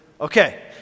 okay